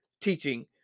teaching